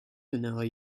vanilla